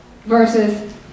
versus